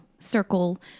circle